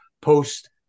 post